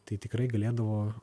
tai tikrai galėdavo